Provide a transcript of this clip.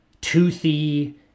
toothy